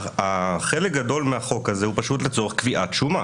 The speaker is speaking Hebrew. חלק גדול מהחוק הזה הוא פשוט לצורך קביעת שומה.